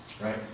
Right